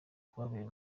kubabera